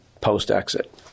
post-exit